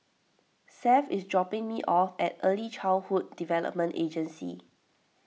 Seth is dropping me off at Early Childhood Development Agency